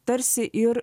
tarsi ir